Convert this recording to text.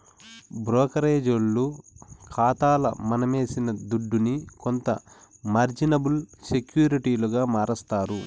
బ్రోకరేజోల్లు కాతాల మనమేసిన దుడ్డుని కొంత మార్జినబుల్ సెక్యూరిటీలుగా మారస్తారు